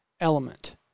element